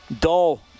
dull